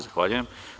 Zahvaljujem.